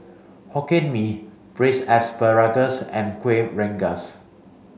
Hokkien Mee braised asparagus and Kueh Rengas